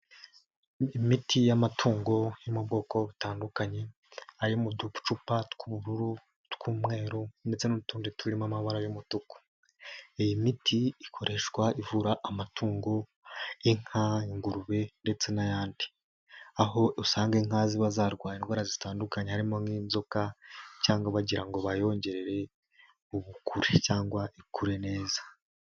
Imiti y'amatungo yo mu bwoko butandukanye, ari mu ducupa tw'ubururu tw'umweru ndetse n'utundi turimo amabara y'umutuku. Iyi miti ikoreshwa ivura amatungo, inka, ngurube ndetse n'ayandi. Aho usanga inka ziba zarwaye indwara zitandukanye, harimo nk'inzoka cyangwa bagira ngo bayongerere ubukure cyangwa ikure neza.